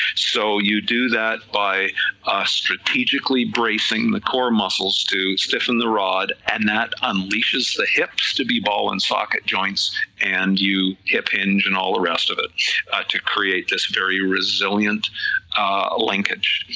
so you do that by strategically bracing the core muscles to stiffen the rod, and that unleashes the hips to be ball and socket joints and you hip hinge and all the rest of it to create this very resilient linkage,